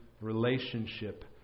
relationship